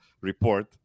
report